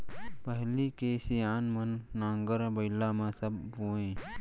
पहिली के सियान मन नांगर बइला म सब बोवयँ